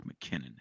McKinnon